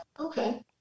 Okay